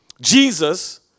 Jesus